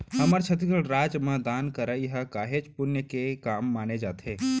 हमर छत्तीसगढ़ राज म दान करई ह काहेच पुन्य के काम माने जाथे